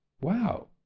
wow